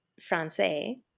français